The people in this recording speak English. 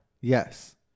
Yes